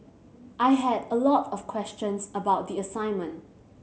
I had a lot of questions about the assignment